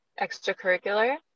extracurricular